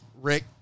Rick